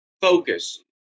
Focus